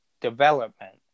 development